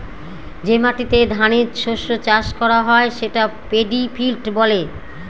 যে মাটিতে ধানের শস্য চাষ করা হয় সেটা পেডি ফিল্ড বলে